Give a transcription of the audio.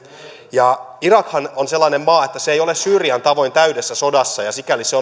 irakhan on sellainen maa että se ei ole syyrian tavoin täydessä sodassa ja sikäli se